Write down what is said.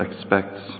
expects